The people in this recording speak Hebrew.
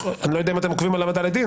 אני לא יודע אם אתם עוקבים על העמדה לדין,